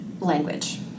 language